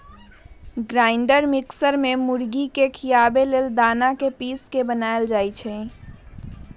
grinder mixer में मुर्गी के खियाबे लेल दना के पिस के बनाएल जाइ छइ